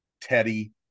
Teddy